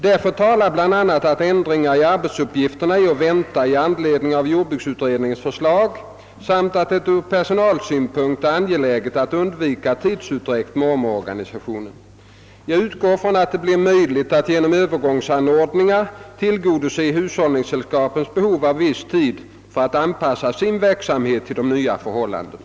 Härför talar bl.a. att ändringar i arbetsuppgifterna är att vänta i anledning av jordbruksutredningens förslag samt att det ur personalsynpunkt är angeläget att undvika tidsutdräkt med omorganisationen. Jag utgår från att det blir möjligt att genom övergångsanordningar tillgodose hushållningssällskapens behov av viss tid för att anpassa sin verksamhet till de nya förhållandena.